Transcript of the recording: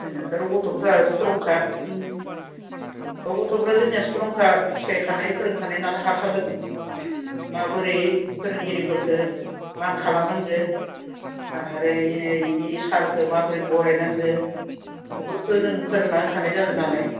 जोंनाथ' आरो गथ'फ्रा स्ट्रंका औ गथ'फ्रा जोंनिया स्ट्रंका सिखाय खानाय फोरोंखानाय नालाय हाखागोन माबोरै फोरोंगिरिफोरखौ मान खालामनांगो आरो इ सारखौ माब्रै बरायनांगो बेफोरखौ जों फोरोंना होखानाय जादों नालाय